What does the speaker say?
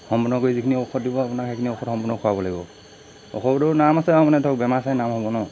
সম্পূৰ্ণ কৰি যিখিনি ঔষধ দিব আপোনাক সেইখিনি ঔষধ সম্পূৰ্ণ খোৱাব লাগিব ঔষধৰ নাম আছে আৰু মানে ধৰক বেমাৰ চাই নাম হ'ব ন